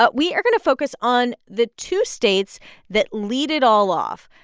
but we are going to focus on the two states that lead it all off,